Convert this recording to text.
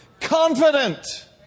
confident